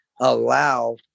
allow